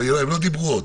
הן עוד לא דיברו.